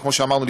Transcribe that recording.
וכמו שאמרנו,